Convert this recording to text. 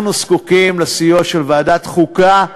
אנחנו זקוקים לסיוע של ועדת חוקה,